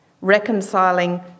reconciling